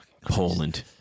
Poland